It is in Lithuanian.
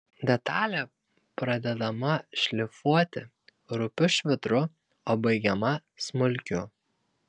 detalė pradedama šlifuoti rupiu švitru o baigiama smulkiu